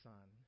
Son